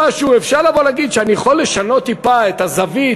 אפשר לבוא ולהגיד שאני יכול לשנות טיפה את הזווית,